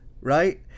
right